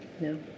no